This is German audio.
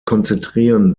konzentrieren